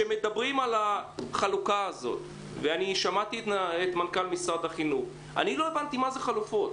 שמעתי את מנכ"ל משרד החינוך ולא הבנתי מה זה חלופות.